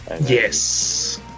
Yes